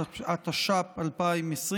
התש"ף 2020,